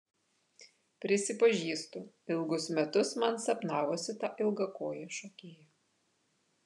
prisipažįstu ilgus metus man sapnavosi ta ilgakojė šokėja